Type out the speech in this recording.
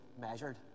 measured